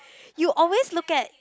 you always look at